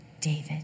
David